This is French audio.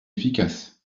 efficaces